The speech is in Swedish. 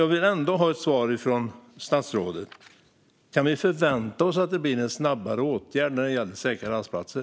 Jag vill ha ett svar från statsrådet: Kan vi förvänta oss att det blir en snabbare åtgärd när det gäller säkra rastplatser?